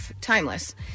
Timeless